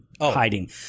hiding